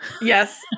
Yes